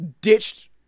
ditched